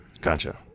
Gotcha